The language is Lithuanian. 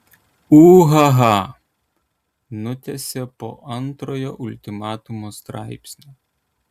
ūhaha nutęsė po antrojo ultimatumo straipsnio